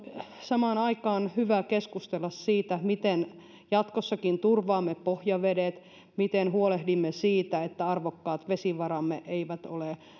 samaan aikaan on hyvä keskustella siitä miten jatkossakin turvaamme pohjavedet miten huolehdimme siitä että arvokkaat vesivaramme eivät ole